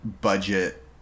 budget